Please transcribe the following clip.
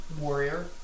warrior